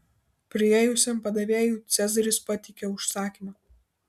priėjusiam padavėjui cezaris pateikė užsakymą